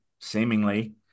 seemingly